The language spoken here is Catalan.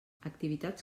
activitats